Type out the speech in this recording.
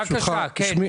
בבקשה, כן.